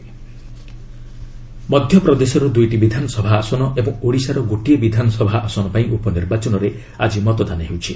bypolls ମଧ୍ୟପ୍ରଦେଶର ଦୁଇଟି ବିଧାନସଭା ଆସନ ଏବଂ ଓଡ଼ିଶାର ଗୋଟିଏ ବିଧାନସଭା ଆସନ ପାଇଁ ଉପନିର୍ବାଚନରେ ଆଜି ମତଦାନ ହେଉଛି